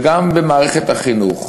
וגם במערכת החינוך,